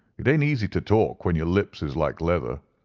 it ain't easy to talk when your lips is like leather,